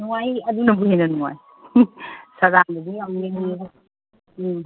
ꯑꯣ ꯑꯩ ꯑꯗꯨꯅꯕꯨ ꯍꯦꯟꯅ ꯅꯨꯡꯉꯥꯏ ꯁꯗꯥꯅꯟꯗꯁꯦ ꯌꯥꯝ ꯌꯦꯡꯅꯤꯡꯉꯦ ꯑꯩ ꯎꯝ